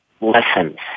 lessons